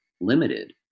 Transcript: limited